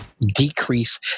decrease